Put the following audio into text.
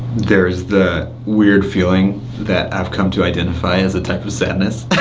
there is the weird feeling that i've come to identify as a type of sadness.